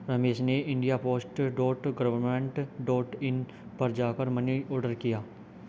रमेश ने India post dot government dot in पर जा कर मनी ऑर्डर किया